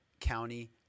County